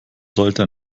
sollte